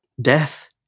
Death